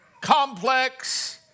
complex